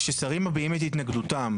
כששרים מביעים את התנגדותם,